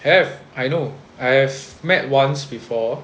have I know I have met once before